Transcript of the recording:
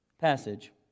passage